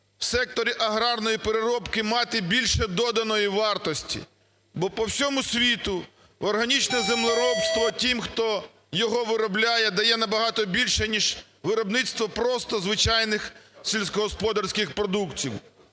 в секторі аграрної переробки мати більше доданої вартості, бо по всьому світу органічне землеробство тим, хто його виробляє, дає набагато більше, ніж виробництво просто звичайних сільськогосподарських продуктів.